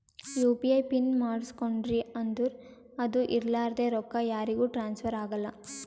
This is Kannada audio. ಯು ಪಿ ಐ ಪಿನ್ ಮಾಡುಸ್ಕೊಂಡ್ರಿ ಅಂದುರ್ ಅದು ಇರ್ಲಾರ್ದೆ ರೊಕ್ಕಾ ಯಾರಿಗೂ ಟ್ರಾನ್ಸ್ಫರ್ ಆಗಲ್ಲಾ